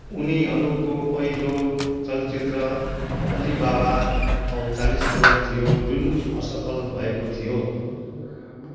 उनीहरूको पहिलो चलचित्र अलीबाबा और चालिस चोर थियो जुन असफल भएको थियो